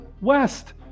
west